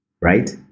right